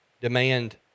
demand